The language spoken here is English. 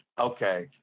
okay